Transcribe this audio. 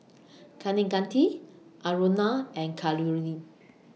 Kaneganti Aruna and Kalluri